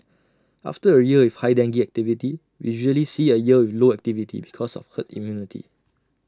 after A year with high dengue activity we usually see A year with low activity because of herd immunity